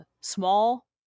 small